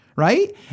Right